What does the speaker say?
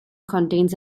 contains